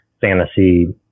fantasy